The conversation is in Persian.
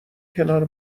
کنار